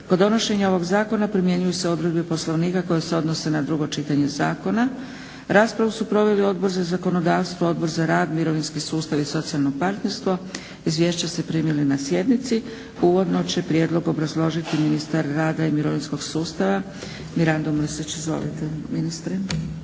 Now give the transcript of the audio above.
Kod donošenja ovog zakona primjenjuju se odredbe poslovnika koje se odnose na drugo čitanje zakona. Raspravu su proveli Odbor za zakonodavstvo, Odbor za rad, mirovinski sustav i socijalno partnerstvo. Izvješća ste primili na sjednici. Uvodno će prijedlog obrazložiti ministar rada i mirovinskog sustava Mirando Mrsić. Izvolite ministre.